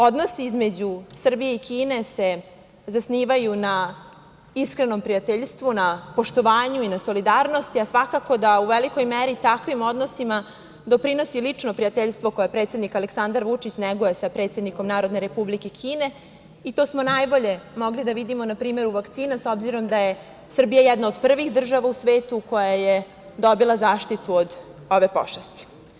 Odnosi između Srbije i Kine se zasnivaju na iskrenom prijateljstvu, na poštovanju i na solidarnosti, a svakako da u velikoj meri takvim odnosima doprinosi lično prijateljstvo koje predsednik Aleksandar Vučić neguje sa predsednikom Narodne Republike Kine i to smo najbolje mogli da vidimo na primeru vakcina, s obzirom da je Srbija jedana od prvih država u svetu koja je dobila zaštitu od ove pošasti.